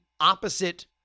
opposite